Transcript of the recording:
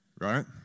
right